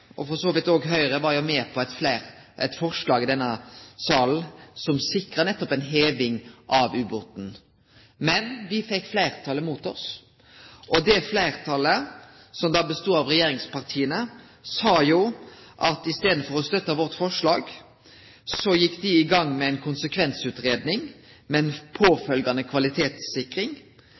og for så vidt Høgre – var med på eit forslag i denne salen som sikra ei heving av ubåten. Men me fekk fleirtalet mot oss, og fleirtalet, som bestod av regjeringspartia, sa at i staden for å støtte vårt forslag gjekk dei i gang med ei konsekvensutgreiing, med kvalitetssikring.